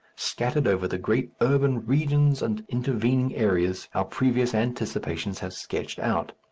scattered over the great urban regions and intervening areas our previous anticipations have sketched out.